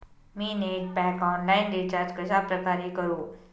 मी net pack online recharge कशाप्रकारे करु?